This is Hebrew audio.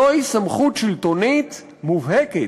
זוהי סמכות שלטונית מובהקת,